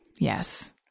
Yes